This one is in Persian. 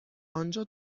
آنجا